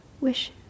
wish